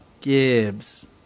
Gibbs